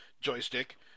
joystick